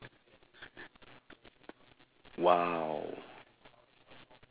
!wow!